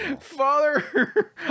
father